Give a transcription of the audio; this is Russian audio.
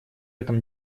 этом